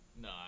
No